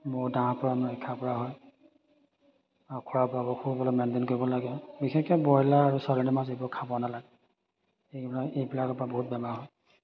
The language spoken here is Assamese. বহুত পৰা হয় আৰু খোৱা বোৱা মেইনটেইন কৰিব লাগে বিশেষকৈ ব্ৰইলাৰ আৰু চালানি মাছ এইবোৰ খাব নালাগে এইবিলা এইবিলাকৰ পৰা বহুত বেমাৰ হয়